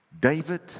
David